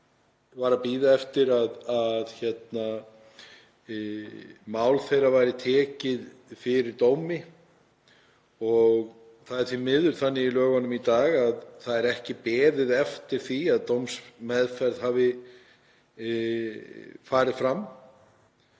var að bíða eftir að mál hennar yrði tekið fyrir fyrir dómi. Það er því miður þannig í lögunum í dag að ekki er beðið eftir því að dómsmeðferð hafi farið fram